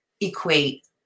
equate